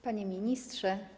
Panie Ministrze!